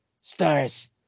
stars